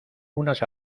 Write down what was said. unas